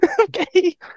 Okay